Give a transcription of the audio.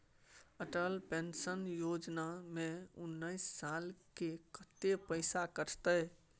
Atal pension योजना में उनैस साल के कत्ते पैसा कटते?